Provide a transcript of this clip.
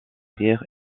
père